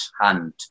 hand